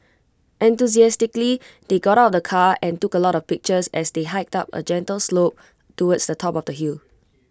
enthusiastically they got out of the car and took A lot of pictures as they hiked up A gentle slope towards the top of the hill